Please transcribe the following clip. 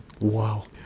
Wow